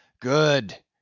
Good